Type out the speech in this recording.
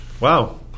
Wow